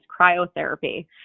cryotherapy